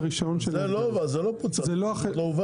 זה לא פוצל, זה פשוט לא הובא.